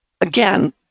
again